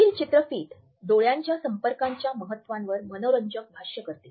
हि चित्रफित डोळ्यांच्या संपर्कांच्या महत्त्वांवर मनोरंजक भाष्य करते